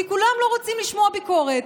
כי כולם לא רוצים לשמוע ביקורת,